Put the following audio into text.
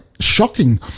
shocking